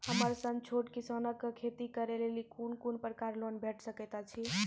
हमर सन छोट किसान कअ खेती करै लेली लेल कून कून प्रकारक लोन भेट सकैत अछि?